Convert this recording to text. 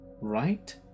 Right